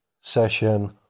session